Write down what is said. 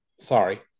Sorry